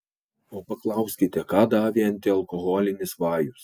o paklauskite ką davė antialkoholinis vajus